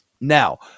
Now